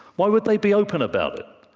why would they be open about it?